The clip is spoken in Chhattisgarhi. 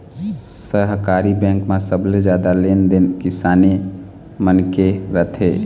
सहकारी बेंक म सबले जादा लेन देन किसाने मन के रथे